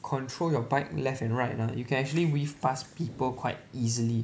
control your bike left and right ah you can actually weave past people quite easily